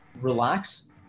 relax